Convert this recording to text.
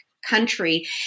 Country